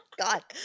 God